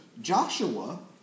Joshua